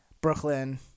Brooklyn